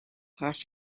have